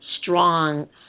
strong